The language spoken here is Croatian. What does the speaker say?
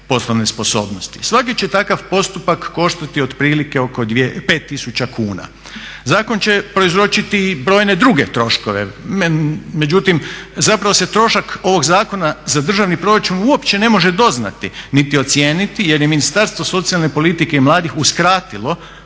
poslovne sposobnosti. Svaki će takav postupak koštati otprilike oko 5 tisuća kuna. Zakon će prouzročiti i brojne druge troškove, međutim trošak ovog zakona za državni proračun uopće ne može doznati niti ocijeniti jer je Ministarstvo socijalne politike i mladih uskratilo,